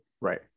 Right